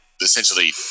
essentially